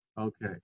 Okay